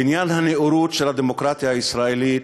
בניין הנאורות של הדמוקרטיה הישראלית?